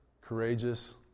courageous